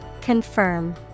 Confirm